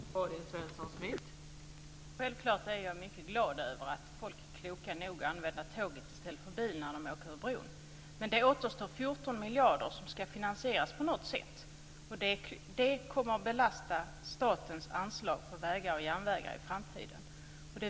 Fru talman! Självklart är jag mycket glad över att folk är kloka nog att använda tåget i stället för bilen när de åker över bron. Men det återstår 14 miljarder kronor som ska finansieras på något sätt. Det kommer att belasta statens anslag på vägar och järnvägar i framtiden.